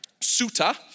Suta